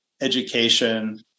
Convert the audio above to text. education